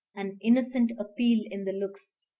an innocent appeal in the looks.